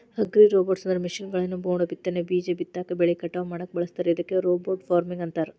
ಅಗ್ರಿರೋಬೊಟ್ಸ್ಅಂದ್ರ ಮಷೇನ್ಗಳನ್ನ ಮೋಡಬಿತ್ತನೆ, ಬೇಜ ಬಿತ್ತಾಕ, ಬೆಳಿ ಕಟಾವ್ ಮಾಡಾಕ ಬಳಸ್ತಾರ ಇದಕ್ಕ ರೋಬೋಟ್ ಫಾರ್ಮಿಂಗ್ ಅಂತಾರ